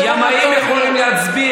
אל תבואו לנו על הראש, אם ימאים יכולים להצביע